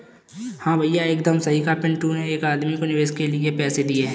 हां भैया एकदम सही कहा पिंटू ने एक आदमी को निवेश के लिए पैसे दिए